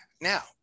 Now